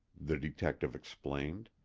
the detective explained.